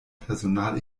personal